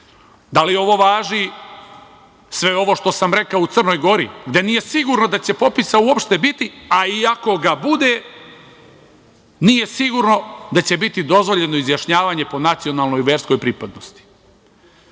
Da li ovo važi, sve ovo što sam rekao, u Crnoj Gori, gde nije sigurno da će popisa uopšte biti, a i ako ga bude, nije sigurno da će biti dozvoljeno izjašnjavanje po nacionalnoj i verskoj pripadnosti?